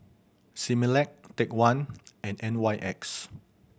Similac Take One and N Y X